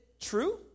true